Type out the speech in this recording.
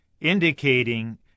indicating